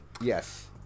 Yes